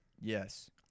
Yes